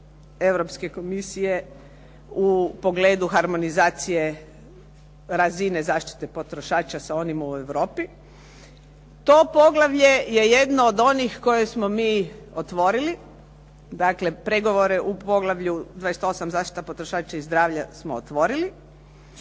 Europske komisije u pogledu harmonizacije razine zaštite potrošača sa onima u Europi, to poglavlje je jedno od onih koje smo mi otvorili, dakle pregovore u poglavlju 28 – Zaštita potrošača i zdravlja smo otvorili.